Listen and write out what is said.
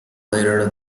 later